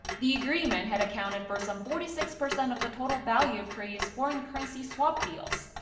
the agreement had accounted for some forty six percent of the total value of korea's foreign currency swap deals.